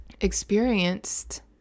experienced